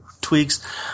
tweaks